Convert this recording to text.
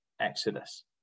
Exodus